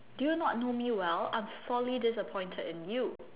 do you not know me well I'm sorely disappointed in you